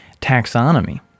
taxonomy